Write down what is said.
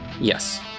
Yes